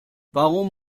warum